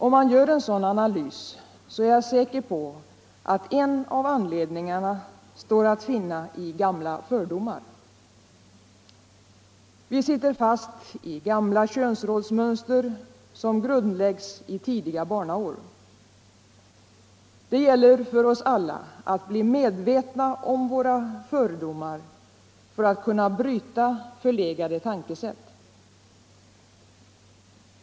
Om man gör en sådan analys, är jag säker på att en av anledningarna står alt finna i gamla fördomar. Vi sitter fast i gamla könsrollsmönster som grundläggs i tidiga barnaår. Det gäller för oss alla att bli medvetna om våra fördomar för att kunna bryta förlegade tänkesätt.